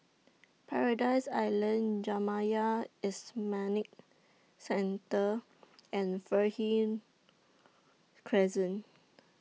Paradise Island Jamiyah Centre and Fernhill Crescent